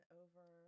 over